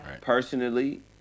personally